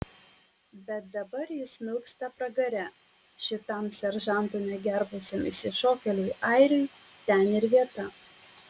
bet dabar jis smilksta pragare šitam seržantų negerbusiam išsišokėliui airiui ten ir vieta